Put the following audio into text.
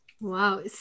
Wow